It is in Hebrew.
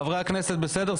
חברי הכנסת, בסדר?